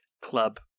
club